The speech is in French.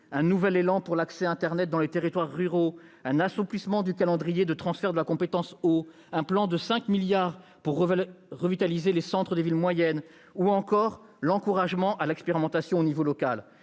un nouvel élan pour améliorer l'accès à internet pour nos territoires ruraux, un assouplissement du calendrier de transfert de la compétence eau, un plan de 5 milliards d'euros pour revitaliser le centre des villes moyennes, ou encore l'encouragement à l'expérimentation au niveau local.